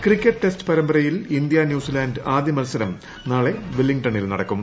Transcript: cricket test പരമ്പരയിൽ India New Zealand ആദ്യ മത്സരം നാളെ വെല്ലിംഗ്ടണ്ണിൽ നടക്കും